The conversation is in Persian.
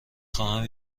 خواهم